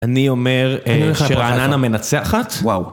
אני אומר, שרעננה מנצחת. וואו